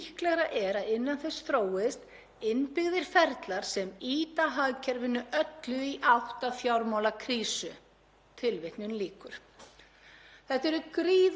Þetta eru gríðarlega alvarleg orð. Til að fara nánar í þetta þá er ljóst að þegar greiðslumat miðast bara við fyrstu afborgun lána verður til ákveðinn freistnivandi